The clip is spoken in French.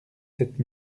sept